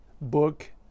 book